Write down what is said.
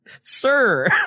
Sir